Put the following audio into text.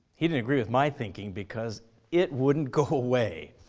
he didn't agree with my thinking because it wouldn't go away.